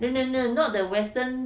no no no not the western